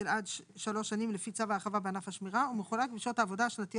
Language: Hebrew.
ערך שעה לעובד שמירה שמועסק 6 ימים בשבוע (באחוזים/שקלים חדשים)